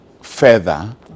further